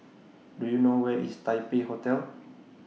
Do YOU know Where IS Taipei Hotel